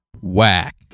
whack